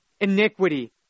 iniquity